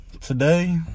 today